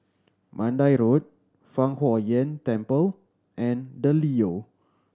Mandai Road Fang Huo Yuan Temple and The Leo